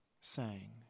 sang